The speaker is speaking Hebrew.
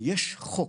יש חוק